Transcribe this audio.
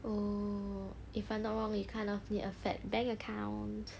oh if I'm not wrong you kind of need a fat bank account